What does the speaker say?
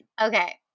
okay